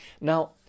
Now